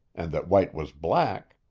and that white was black,